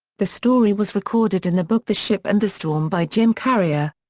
the story was recorded in the book the ship and the storm by jim carrier.